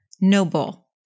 noble